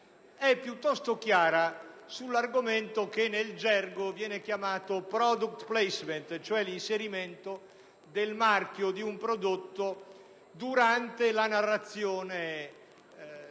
è piuttosto chiara sull'argomento che nel gergo viene chiamato del *product* *placement*, cioè dell'inserimento del marchio di un prodotto durante una narrazione